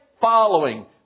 following